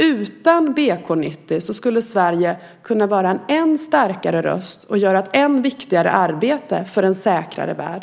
Utan BK 90 skulle Sverige kunna vara en än starkare röst och göra ett än viktigare arbete för en säkrare värld.